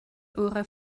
eurer